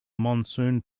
monsoon